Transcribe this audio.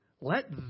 Let